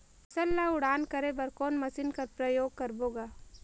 फसल ल उड़ान करे बर कोन मशीन कर प्रयोग करबो ग?